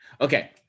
Okay